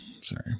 Sorry